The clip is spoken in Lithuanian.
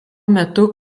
metu